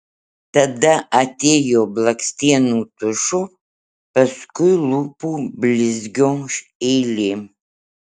tada atėjo blakstienų tušo paskui lūpų blizgio eilė